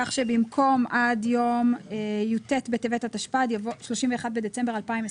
כך שבמקום "עד יום י"ט בטבת התשפ"ד (31 בדצמבר 2023)